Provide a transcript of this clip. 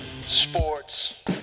sports